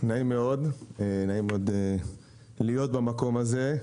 נעים מאוד להיות במקום הזה.